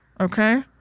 okay